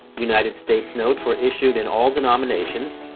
united states notes were issued in all denominations,